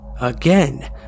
Again